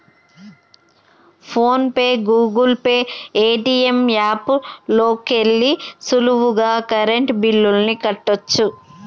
phone pay, Google Pay, Paytm app లోకెల్లి సులువుగా current బిల్లుల్ని కట్టచ్చు